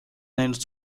näinud